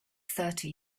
thirty